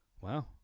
Wow